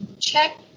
check